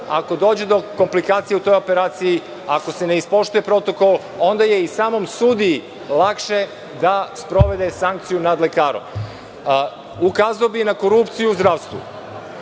ako dođe do komplikacija u toj operaciji, ako se ne ispoštuje protokol, onda je i samom sudiji lakše da sprovede sankciju nad lekarom. Skrenuo bih pažnju i na korupciju u zdravstvu,